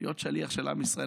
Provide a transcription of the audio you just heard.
להיות שליח של עם ישראל.